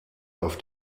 auf